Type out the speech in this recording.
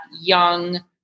young